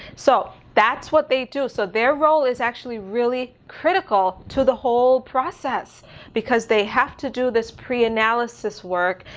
so that's what they do. so their role is actually really critical to the whole process because they have to do this pre analysis work.